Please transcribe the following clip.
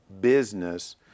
business